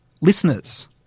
listeners